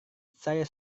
saya